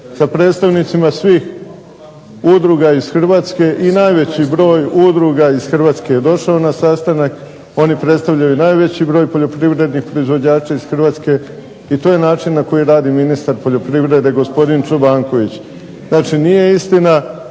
sa predstavnicima svih udruga iz Hrvatske i najveći broj udruga iz Hrvatske je došao na sastanak, oni predstavljaju najveći broj poljoprivrednih proizvođača iz Hrvatske i to je način na koji radi ministar poljoprivrede gospodin Čobanković. Znači nije istina,